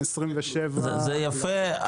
מה-27 ביוני -- זה יפה,